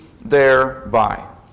thereby